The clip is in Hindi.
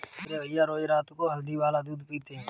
मेरे भैया रोज रात को हल्दी वाला दूध पीते हैं